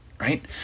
right